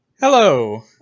Hello